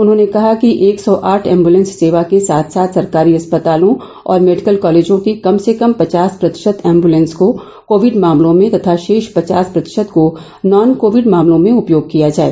उन्होंने कहा कि एक सौ आठ एम्बलेंस सेवा के साथ साथ सरकारी अस्पतालों और मेडिकल कॉलेजों की कम से कम पचास प्रतिशत एम्बलेंस को ् कोविड मामलों में तथा ी्ा पचास प्रतिशत को नॉन कोविड मामलों में उपयोग किया जाए